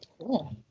Cool